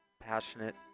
passionate